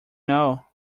know